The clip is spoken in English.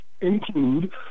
include